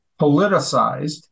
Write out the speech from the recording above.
politicized